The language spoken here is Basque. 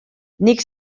nik